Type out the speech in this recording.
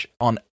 on